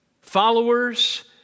followers